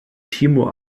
timo